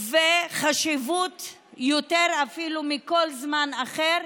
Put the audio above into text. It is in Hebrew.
וחשיבות יותר אפילו מכל זמן אחר?